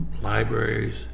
libraries